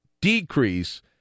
decrease